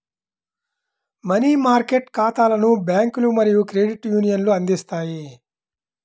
money market ఖాతాలను బ్యాంకులు మరియు క్రెడిట్ యూనియన్లు అందిస్తాయి